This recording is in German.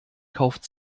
kauft